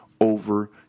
over